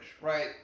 right